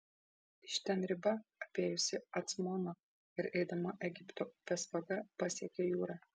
iš ten riba apėjusi acmoną ir eidama egipto upės vaga pasiekia jūrą